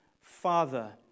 father